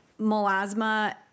Melasma